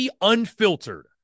Unfiltered